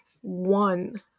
one